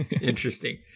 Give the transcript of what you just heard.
interesting